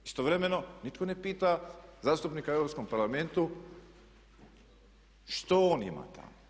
Istovremeno nitko ne pita zastupnika u Europskom parlamentu što on ima tamo.